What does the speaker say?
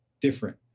different